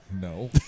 No